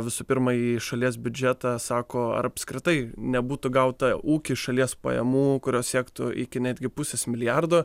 visų pirma į šalies biudžetą sako ar apskritai nebūtų gauta ūkiui šalies pajamų kurios siektų iki netgi pusės milijardo